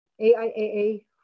AIAA